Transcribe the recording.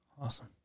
Awesome